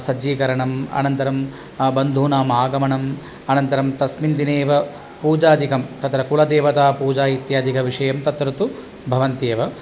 सज्जीकरणम् अनन्तरं बन्धूनाम् आगमनम् अनन्तरं तस्मिन् दिने एव पूजादिकं तत्र कुलदेवतापूजा इत्यादिकविषयं तत्र तु भवन्ति एव